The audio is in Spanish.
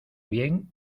bien